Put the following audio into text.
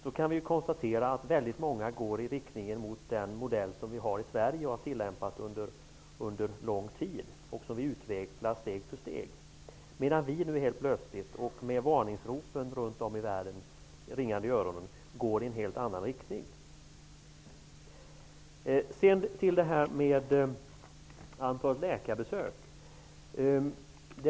Vi kan konstatera att många länder går i riktning mot den modell som vi har i Sverige och som vi har tillämpat under lång tid. Den modellen har vi utvecklat steg för steg. Nu börjar vi helt plötsligt -- med varningsropen från länder runt om i världen ringande i öronen -- gå i en helt annan riktning. Så till antalet läkarbesök.